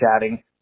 chatting